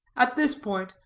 at this point,